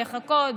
לחכות,